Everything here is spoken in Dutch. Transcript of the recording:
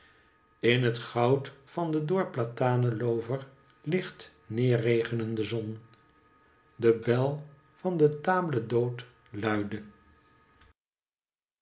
in het goud van de door platane ioover licht neerregenende zon de bel van de table kihote luidde